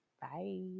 Bye